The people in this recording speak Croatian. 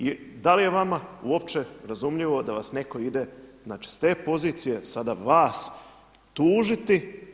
I da li je vama uopće razumljivo da vas netko ide znači s te pozicije sada vas tužiti.